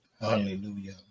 Hallelujah